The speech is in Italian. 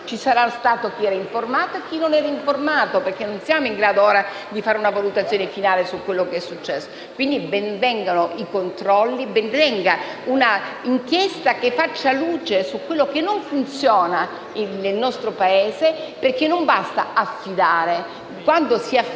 ci sarà stato chi era informato e chi non lo era. Non siamo in grado ora di fare una valutazione finale su quanto successo. Ben vengano i controlli e un'inchiesta che faccia luce su ciò che non funziona nel nostro Paese perché non basta affidare.